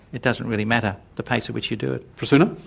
it doesn't really matter the pace at which you do it. prasuna?